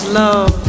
love